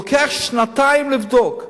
לוקח שנתיים לבדוק,